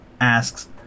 asks